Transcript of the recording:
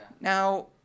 Now